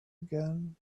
again